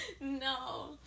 No